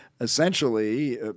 essentially